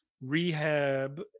rehab